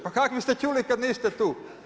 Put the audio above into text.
Pa kak' biste čuli kad niste tu?